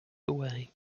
away